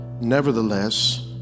Nevertheless